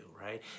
right